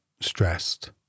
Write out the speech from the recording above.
stressed